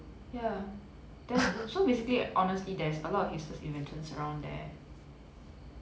ya then~ so basically honestly there is a lot of useless inventions around there